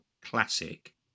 Classic